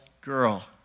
girl